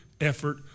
effort